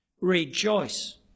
rejoice